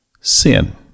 sin